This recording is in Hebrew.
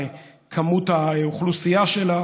לכמות האוכלוסייה שלה